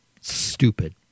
stupid